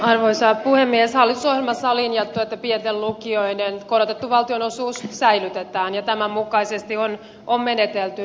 hallitusohjelmassa on linjattu että pienten lukioiden korotettu valtionosuus säilytetään ja tämän mukaisesti on menetelty